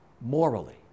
Morally